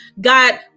God